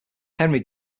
henry